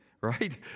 right